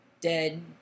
dead